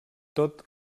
tot